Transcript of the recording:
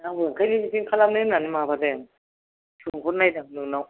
आंबो ओंखायनो बिदिनो खालामनो होननानै माबादों सोंहरनायदां नोंनाव